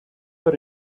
are